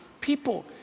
People